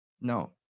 no